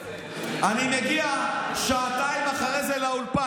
אני מגיע שעתיים אחרי זה לאולפן.